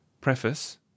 Preface